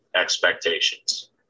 expectations